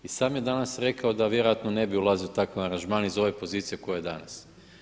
I sam je danas rekao da vjerojatno ne bi ulazio u takav aranžman iz ove pozicije u kojoj je danas.